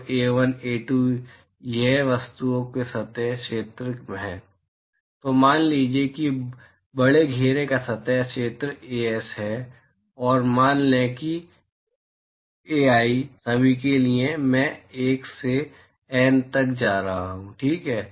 तो A1 A2 ये वस्तुओं के सतह क्षेत्र हैं और मान लीजिए कि बड़े घेरे का सतह क्षेत्र As है और मान लें कि एआई सभी के लिए मैं 1 से एन तक जा रहा हूं ठीक है